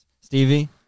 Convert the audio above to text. Stevie